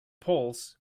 poles